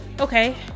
Okay